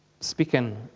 speaking